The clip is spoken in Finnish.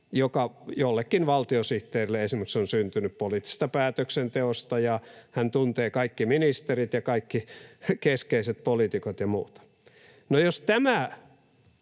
jollekin valtiosihteerille on syntynyt poliittisesta päätöksenteosta ja siitä, että hän tuntee kaikki ministerit ja kaikki keskeiset poliitikot ja muuta.